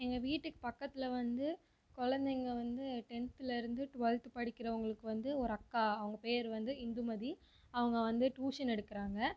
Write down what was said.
எங்கள் வீட்டுக்கு பக்கத்தில் வந்து குழந்தைங்க வந்து டென்த்லேருந்து டுவெல்த் படிக்கிறவங்களுக்கு வந்து ஒரு அக்கா அவங்க பேர் வந்து இந்துமதி அவங்க வந்து ட்யூஷன் எடுக்கிறாங்க